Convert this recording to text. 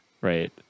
right